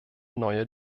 neue